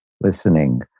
listening